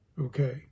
Okay